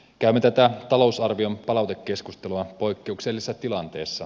käymme tätä talousarvion palautekeskustelua poikkeuksellisessa tilanteessa